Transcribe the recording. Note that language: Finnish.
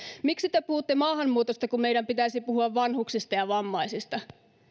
miksi te puhutte maahanmuutosta kun meidän pitäisi puhua vanhuksista ja vammaisista